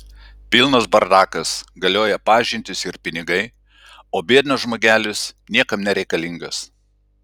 pilnas bardakas galioja pažintys ir pinigai o biednas žmogelis niekam nereikalingas